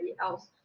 else